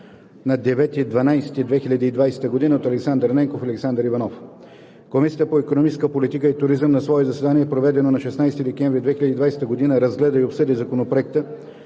2020 г. от Александър Ненков и Александър Иванов Комисията по икономическа политика и туризъм на свое заседание, проведено на 16 декември 2020 г., разгледа и обсъди Законопроекта